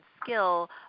skill